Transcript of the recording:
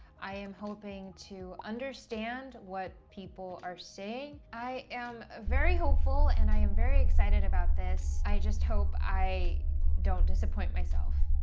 i am hoping to understand what people are saying. i am very hopeful and i am very excited about this. i just hope i don't disappoint myself,